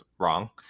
wrong